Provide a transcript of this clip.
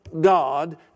God